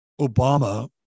Obama